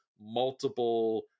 multiple